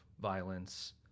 violence